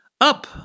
up